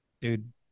dude